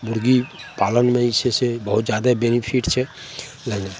मुरगी पालनमे जे छै से बहुत जादे बेनिफिट छै नहि नहि